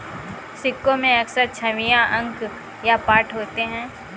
सिक्कों पर अक्सर छवियां अंक या पाठ होते हैं